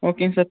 ஓகேங்க சார்